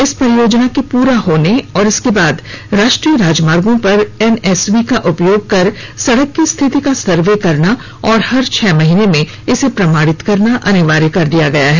इस परियोजना के पूरा होने और उसके बाद राष्ट्रीय राजमार्गो पर एनएसवी का उपयोग कर सड़क की स्थिति का सर्वे करना और हर छह महीने में इसे प्रमाणित करना अनिवार्य कर दिया गया है